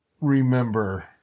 remember